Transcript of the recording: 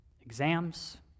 exams